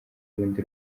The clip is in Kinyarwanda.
urundi